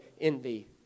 envy